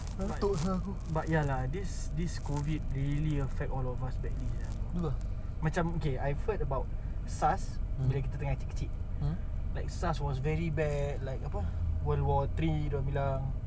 but but ya lah this this COVID really affect all of us badly sia macam okay I heard about SARS bila kita tengah kecil kecil like SARS was very bad like apa world war three dia orang bilang